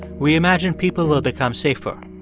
we imagine people will become safer.